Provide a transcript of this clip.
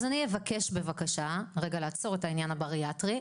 אז אני אבקש בבקשה רגע לעצור את העניין הבריאטרי.